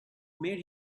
made